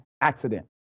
accident